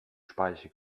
speiche